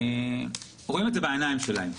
רואים את זה בעיניים שלהם.